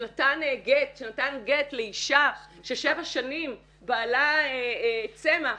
שנתן גט לאישה ששבע שנים בעלה צמח,